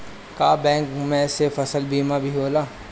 का बैंक में से फसल बीमा भी होला?